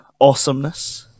awesomeness